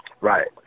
Right